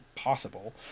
possible